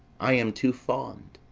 i am too fond,